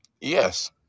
yes